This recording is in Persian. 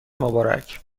مبارک